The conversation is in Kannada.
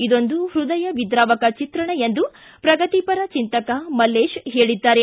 ಇದೊಂದು ಹೃದಯ ವಿದ್ರಾವಕ ಚಿತ್ರಣ ಎಂದು ಪ್ರಗತಿಪರ ಚಿಂತಕ ಮಲ್ಲೇತ್ ಹೇಳಿದ್ದಾರೆ